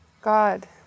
God